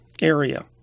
area